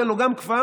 תן לו גם כפר,